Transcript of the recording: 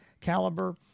caliber